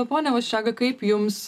pone vaščega kaip jums